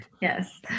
Yes